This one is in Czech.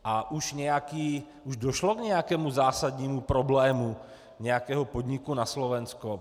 A už došlo k nějakému zásadnímu problému nějakého podniku na Slovensku?